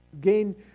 gain